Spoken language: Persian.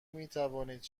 میتوانید